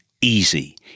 easy